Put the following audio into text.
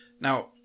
now